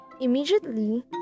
Immediately